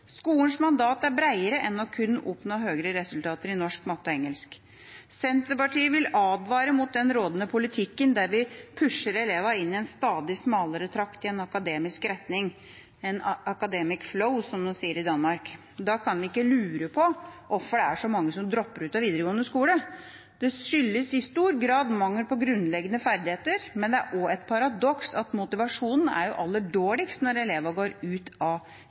Skolens mandat er bredere enn kun å oppnå bedre resultater i norsk, matte og engelsk. Senterpartiet vil advare mot den rådende politikken, der vi pusher elevene inn i en stadig smalere trakt i en akademisk retning – en «academic flow», som de sier i Danmark. Da kan vi ikke lure på hvorfor det er så mange som dropper ut av videregående skole. Det skyldes i stor grad mangel på grunnleggende ferdigheter, men det er også et paradoks at motivasjonen er aller dårligst når elevene går ut av